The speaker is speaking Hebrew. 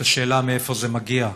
את השאלה מאיפה זה מגיע,